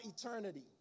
eternity